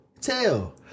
Tell